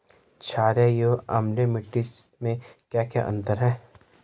छारीय एवं अम्लीय मिट्टी में क्या क्या अंतर हैं?